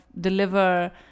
deliver